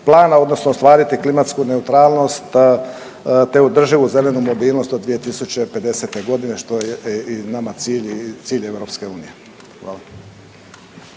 odnosno ostvariti klimatsku neutralnost te održivu zelenu mobilnost do 2050. godine što je i nama cilj i cilj EU. Hvala.